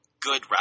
good